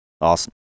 Awesome